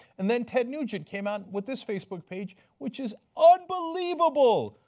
and then ted nugent came out with this facebook page, which is unbelievable.